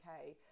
okay